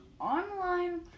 online